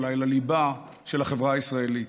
אולי לליבה של החברה הישראלית.